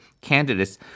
candidates